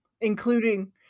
Including